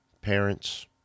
parents